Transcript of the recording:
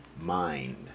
Mind